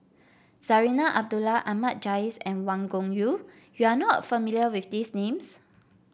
Zarinah Abdullah Ahmad Jais and Wang Gungwu you are not familiar with these names